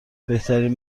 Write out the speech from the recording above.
بهترین